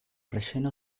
relleno